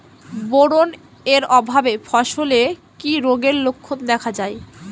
Boron এর অভাবে ফসলে কি রোগের লক্ষণ দেখা যায়?